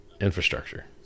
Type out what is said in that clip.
infrastructure